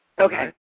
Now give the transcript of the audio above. Okay